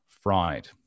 fried